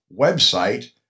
website